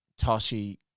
Toshi